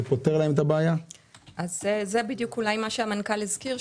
זה מה שהמנכ"ל הזכיר.